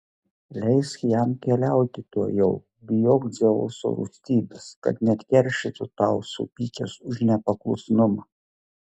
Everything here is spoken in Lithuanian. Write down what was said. leisk jam keliauti tuojau bijoki dzeuso rūstybės kad neatkeršytų tau supykęs už nepaklusnumą